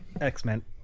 X-Men